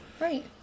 Right